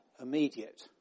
immediate